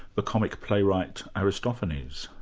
the comic playwright, aristophanes.